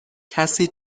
کسی